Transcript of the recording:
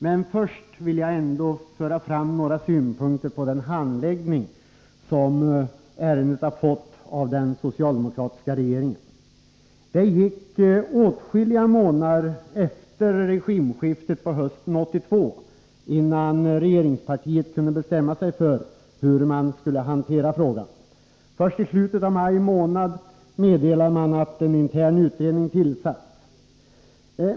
Men till att börja med vill jag ändå föra fram några synpunkter på den handläggning som ärendet har fått av den socialdemokratiska regeringen. Det gick åtskilliga månader efter regimskiftet på hösten 1982 innan regeringspartiet kunde bestämma sig för hur man skulle hantera frågan. Först i slutet av maj meddelade man att en intern utredning tillsatts.